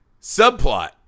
Subplot